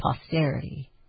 posterity